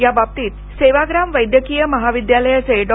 या बाबतीत सेवाग्राम वैद्यकीय महाविद्यालयाचे डॉ